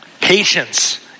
Patience